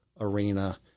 arena